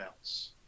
else